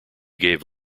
gave